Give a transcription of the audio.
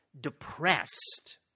depressed